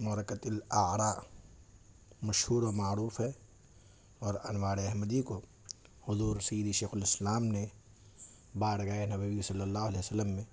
معرکۃُ الآرا مشہور و معروف ہے اور انوارِ احمدی کو حضور شیریں شیخ الاسلام نے بارگاہ نبوی صلی اللہ علیہ وسلم میں